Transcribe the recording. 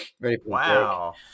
Wow